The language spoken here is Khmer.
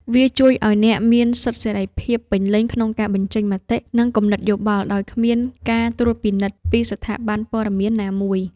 វាជួយឱ្យអ្នកមានសិទ្ធិសេរីភាពពេញលេញក្នុងការបញ្ចេញមតិ និងគំនិតយោបល់ដោយគ្មានការត្រួតពិនិត្យពីស្ថាប័នព័ត៌មានណាមួយ។